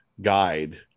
guide